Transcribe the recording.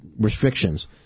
restrictions